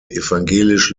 evangelisch